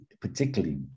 particularly